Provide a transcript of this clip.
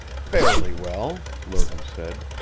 fairly well, lerton said.